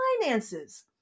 finances